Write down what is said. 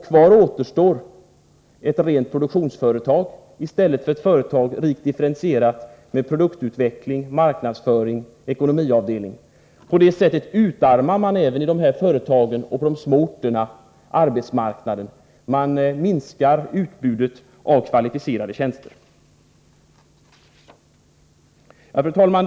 Kvar blir ett rent produktionsföretag, i stället för ett rikt differentierat företag med produktutveckling, marknadsföring och ekonomiavdelning. På det sättet utarmas även dessa företag och arbetsmarknaden på de små orterna. Utbudet av kvalificerade tjänster minskar. Fru talman!